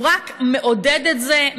הוא רק מעודד את זה,